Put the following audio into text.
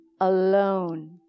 alone